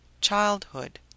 Childhood